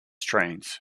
trains